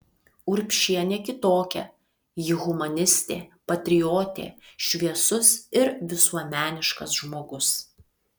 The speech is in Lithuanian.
urbšienė kitokia ji humanistė patriotė šviesus ir visuomeniškas žmogus